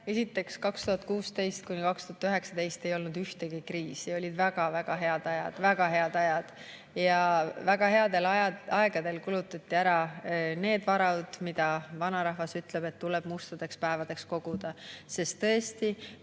Esiteks, 2016–2019 ei olnud ühtegi kriisi, olid väga-väga head ajad, väga head ajad. Ja väga headel aegadel kulutati ära need varad, mille kohta vanarahvas ütleb, et tuleb mustadeks päevadeks koguda. Tõesti,